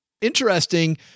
Interesting